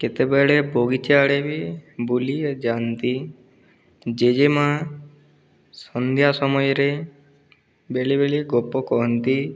କେତେବେଳେ ବଗିଚା ଆଡ଼େ ବି ବୁଲିଯାଆନ୍ତି ଜେଜେମା' ସନ୍ଧ୍ୟା ସମୟରେ ବେଳେବେଳେ ଗପ କହନ୍ତି